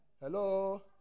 Hello